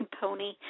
pony